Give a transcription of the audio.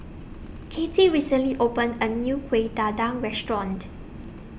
Katy recently opened A New Kueh Dadar Restaurant